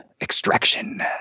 Extraction